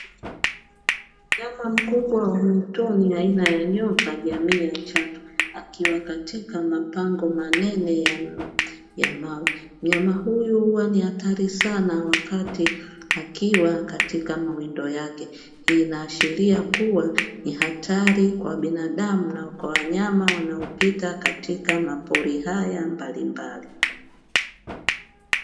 Mnyama mkubwa wa mwituni aina ya nyoka jamii ya chatu, akiwa katika mapango manene ya mawe, mnyama huyu ni hatari sana akiwa katika mawindo yake. Hii inaashiria kuwa ni hatari kwa binadamu na kwa wanyama wanaopita katika mapori haya mbalimbali.